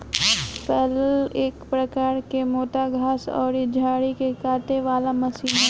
फलैल एक प्रकार के मोटा घास अउरी झाड़ी के काटे वाला मशीन ह